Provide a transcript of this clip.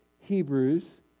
Hebrews